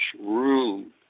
room